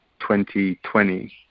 2020